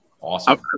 awesome